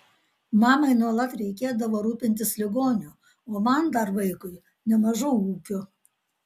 mamai nuolat reikėdavo rūpintis ligoniu o man dar vaikui nemažu ūkiu